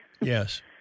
Yes